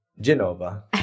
Genova